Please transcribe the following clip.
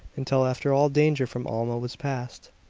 until after all danger from alma was past.